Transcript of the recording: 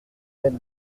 elle